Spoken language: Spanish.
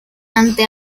ante